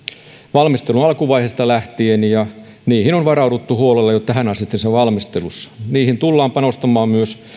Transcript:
valmistelun alkuvaiheesta lähtien ja niihin on varauduttu huolella jo tähänastisessa valmistelussa niihin tullaan panostamaan myös